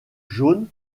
jaune